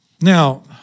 Now